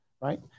Right